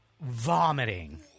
Vomiting